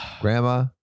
grandma